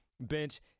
bench